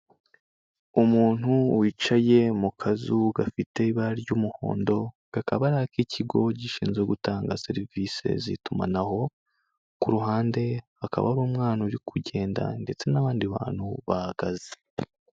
Umuntu wicaye mu kazu gafite ibara ry'umuhondo kakaba ari ak'ikigo gishinzwe gutanga serivisi z'itumanaho, ku ruhande hakaba hari umwana uri kugenda ndetse n'abandi bantu bahagaze.